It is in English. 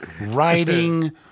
writing